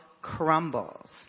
Crumbles